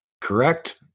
Correct